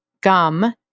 gum